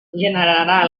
generarà